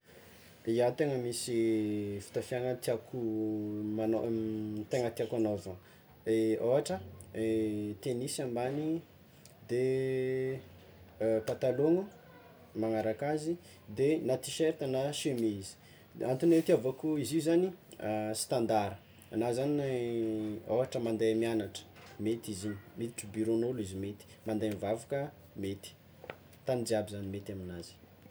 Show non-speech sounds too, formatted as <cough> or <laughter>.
Ia, tegna misy fitafiàgna tiàko magnao- tegna tiàko hagnaovagna, <hesitation> ôhatra tenisy ambany de <hesitation> patalogno, magnaraka azy de na tiserta na semizy, ny antony itiavako izy io zany <hesitation> standara na zany ôhatra mande miagnatra, mety izy igny, miditry burôn'olo izy mety mandeha mivavaka mety, tany jiaby zagny mety aminazy.